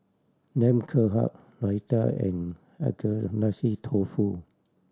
Lamb Kebab Raita and Agedashi Dofu